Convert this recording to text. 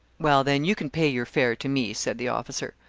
well, then, you can pay your fare to me, said the officer.